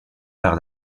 par